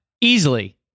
Easily